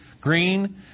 green